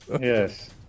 Yes